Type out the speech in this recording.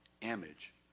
image